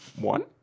One